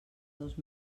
dos